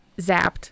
zapped